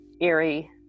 eerie